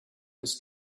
his